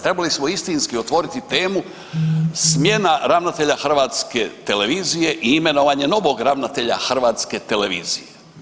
Trebali smo je istinski otvoriti temu smjena ravnatelja hrvatske televizije i imenovanja novog ravnatelja hrvatske televizije.